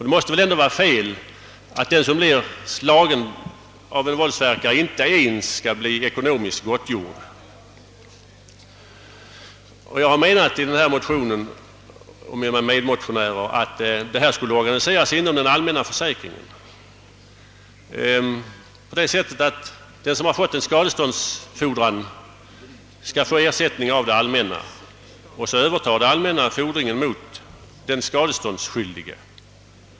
Det måste väl ändå var fel att den som blir slagen av en våldsverkare inte ens skall bli ekonomiskt gottgjord. Jag, liksom mina medmotionärer, har menat att detta skulle organiseras inom den allmänna försäkringen, så att den som har fått en skadeståndsfordran skall få ersättning av det allmänna. Det allmänna övertar sedan fordringen mot den skadeståndsskyldige.